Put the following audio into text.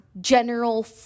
general